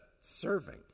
serving